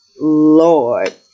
Lord